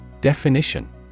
Definition